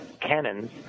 cannons